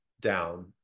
down